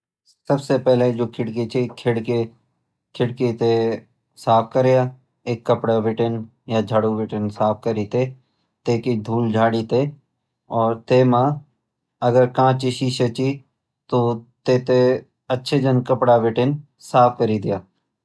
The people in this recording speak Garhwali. सबसे पहले जु खिडकी छ खिडकी तैं साफ करीया एक कपडा बटिन या झाडू बटिन साफ करी तैं तै की धूल झाडी तै और तै म अगर तै म कांच की शीशा छ तो तै थैं अच्छे जन कपडा बटिन साफ करी द्या।